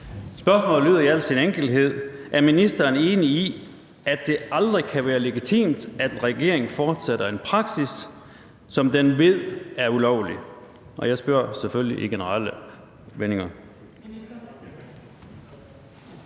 Spørgsmålet lyder i al sin enkelhed: Er ministeren enig i, at det aldrig kan være legitimt, at en regering fortsætter en praksis, som den ved er ulovlig? Og jeg spørger selvfølgelig i generelle vendinger.